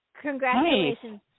Congratulations